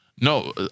No